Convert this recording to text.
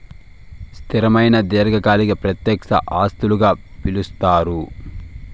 స్థిరమైన దీర్ఘకాలిక ప్రత్యక్ష ఆస్తులుగా పిలుస్తారు